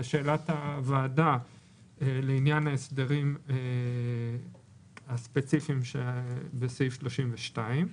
לשאלת הוועדה לעניין ההסדרים הספציפיים שבסעיף 32,